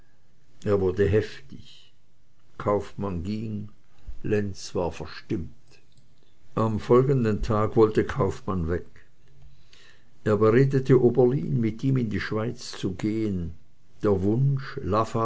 er wurde heftig kaufmann ging lenz war verstimmt am folgenden tag wollte kaufmann weg er beredete oberlin mit ihm in die schweiz zu gehen der wunsch lavater